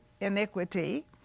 iniquity